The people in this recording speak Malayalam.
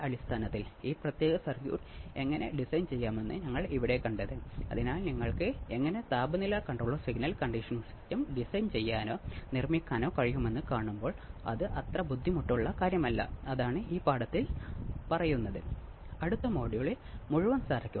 അടുത്ത മൊഡ്യൂളിൽ നോക്കാം അതുവരെ നിങ്ങൾ ഈ ആർസി ഫേസ് ഷിഫ്റ്റ് ഓസിലേറ്ററും അതിന്റെ പ്രവർത്തനവും നോക്കു